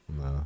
No